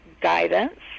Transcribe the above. guidance